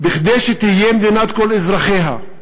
כדי שתהיה מדינת כל אזרחיה,